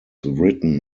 written